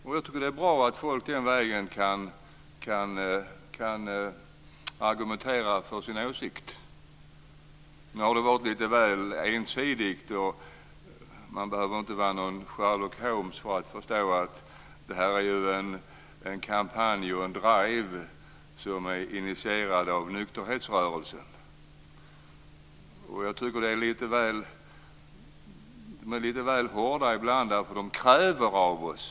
Jag tycker att det är bra att folk kan argumentera för sin åsikt den vägen. Nu har det varit lite väl ensidigt. Man behöver inte vara någon Sherlock Holmes för att förstå att detta är en kampanj som är initierad av nykterhetsrörelsen. Jag tycker att de är lite väl hårda ibland. De kräver saker av oss.